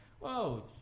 Whoa